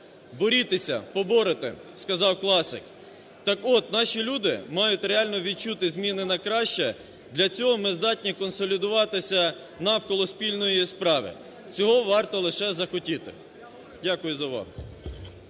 "Борітеся – поборете", - сказав класик. Так от, наші люди мають реально відчути зміни на краще, для цього ми здатні консолідуватися навколо спільної справи, цього варто лише захотіти. Дякую за увагу.